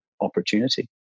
opportunity